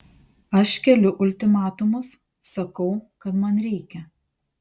aš keliu ultimatumus sakau kad man reikia